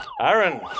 Aaron